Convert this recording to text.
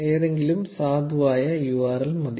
ഏതെങ്കിലും സാധുവായ URL മതി